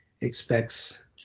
expects